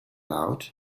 out